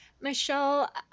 Michelle